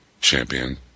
champion